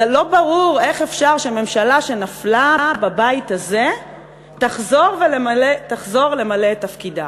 זה לא ברור איך אפשר שממשלה שנפלה בבית הזה תחזור למלא את תפקידה